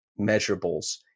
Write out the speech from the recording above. measurables